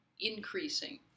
increasing